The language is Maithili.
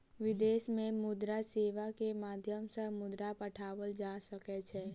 विदेश में मुद्रा सेवा के माध्यम सॅ मुद्रा पठाओल जा सकै छै